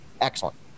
excellent